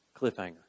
cliffhanger